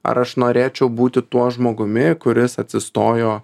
ar aš norėčiau būti tuo žmogumi kuris atsistojo